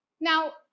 Now